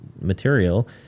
material